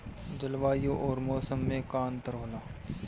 जलवायु और मौसम में का अंतर होला?